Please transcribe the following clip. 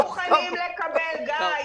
גיא,